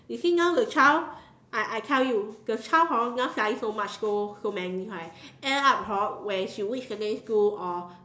you see now the child I I tell you the child hor now study so much go so many correct end up hor when she reach secondary school or